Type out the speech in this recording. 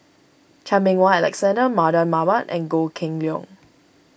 Chan Meng Wah Alexander Mardan Mamat and Goh Kheng Long